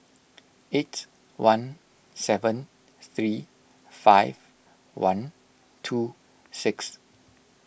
eight one seven three five one two six